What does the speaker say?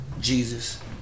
Jesus